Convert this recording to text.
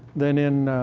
then in.